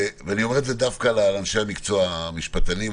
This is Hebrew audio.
ואני אומר דווקא לאנשי המקצוע, המשפטנים.